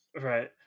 right